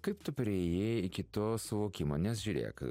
kaip tu priėjai iki to suvokimo nes žiūrėk